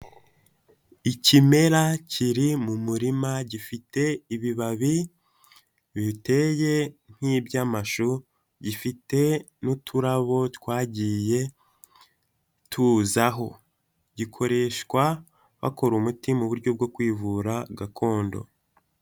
Ikimera kiri mu murima gifite ibibabi biteye nk'ibyamashu, gifite n'uturabo twagiye tuzaho, gikoreshwa bakora umuti mu buryo bwo kwivura gakondo.